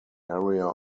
area